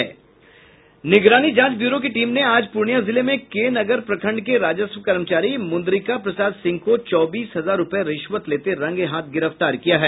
निगरानी जांच ब्यूरो की टीम ने आज पूर्णियां जिले में केनगर प्रखंड के राजस्व कर्मचारी मुन्द्रिका प्रसाद सिंह को चौबीस हजार रूपये रिश्वत लेते रंगेहाथ गिरफ्तार किया है